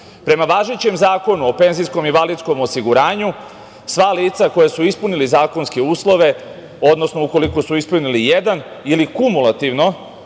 staža. Prema važećem Zakonu o penzijskom i invalidskom osiguranju, sva lica koja su ispunila zakonske uslove, odnosno ukoliko su ispunili jedan ili kumulativno